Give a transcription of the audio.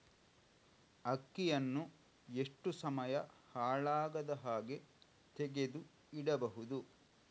ಅಕ್ಕಿಯನ್ನು ಎಷ್ಟು ಸಮಯ ಹಾಳಾಗದಹಾಗೆ ತೆಗೆದು ಇಡಬಹುದು?